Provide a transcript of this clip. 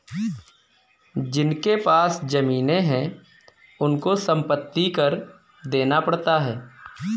जिनके पास जमीने हैं उनको संपत्ति कर देना पड़ता है